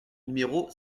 numéro